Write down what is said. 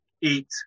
Eat